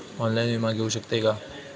Online विमा घेऊ शकतय का?